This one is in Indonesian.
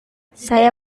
saya